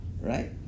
Right